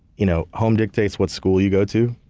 you know home dictates what school you go to,